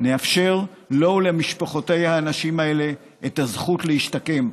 נאפשר לו ולמשפחות האנשים האלה את הזכות להשתקם.